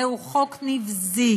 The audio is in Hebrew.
זהו חוק נבזי.